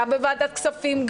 גם בוועדת הכספים,